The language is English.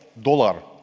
dollar!